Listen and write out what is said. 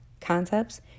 concepts